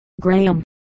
Graham